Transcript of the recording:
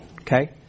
Okay